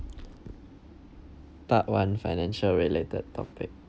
part one financial related topic